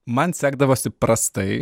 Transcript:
man sekdavosi prastai